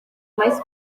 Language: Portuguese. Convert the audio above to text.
mais